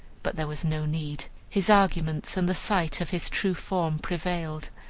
but there was no need his arguments and the sight of his true form prevailed,